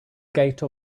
gate